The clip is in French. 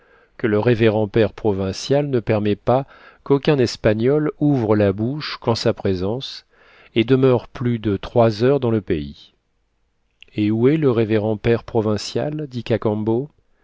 que le révérend père provincial ne permet pas qu'aucun espagnol ouvre la bouche qu'en sa présence et demeure plus de trois heures dans le pays et où est le révérend père provincial dit